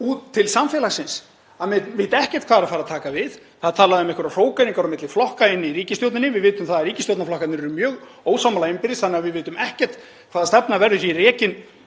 til samfélagsins að menn vita ekkert hvað er að fara að taka við. Það er talað um einhverjar hrókeringar á milli flokka í ríkisstjórninni. Við vitum að ríkisstjórnarflokkarnir eru mjög ósammála innbyrðis þannig að við vitum ekkert hvaða stefna verður hér rekin